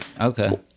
Okay